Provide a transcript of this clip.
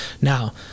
Now